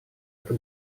это